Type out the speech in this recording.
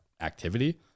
activity